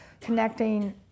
connecting